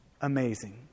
amazing